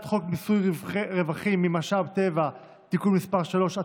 חוק מיסוי רווחים ממשאבי טבע (תיקון מס' 3),